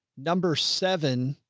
number seven.